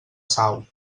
sau